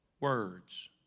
words